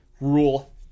rule